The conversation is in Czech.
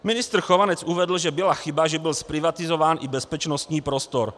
Ministr Chovanec uvedl, že byla chyba, že byl zprivatizován i bezpečnostní prostor.